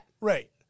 Right